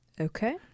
Okay